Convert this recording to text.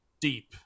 deep